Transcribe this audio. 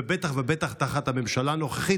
ובטח ובטח תחת הממשלה הנוכחית,